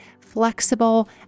flexible